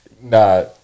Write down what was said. Nah